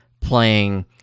playing